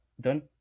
done